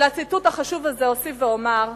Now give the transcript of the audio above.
לציטוט החשוב הזה אוסיף ואומר,